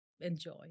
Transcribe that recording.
enjoy